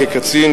כקצין,